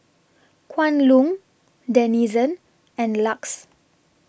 Kwan Loong Denizen and LUX